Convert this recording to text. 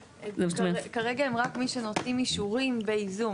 כרגע, רק מי שנותנים אישורים בייזום.